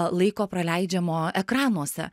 laiko praleidžiamo ekranuose